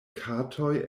katoj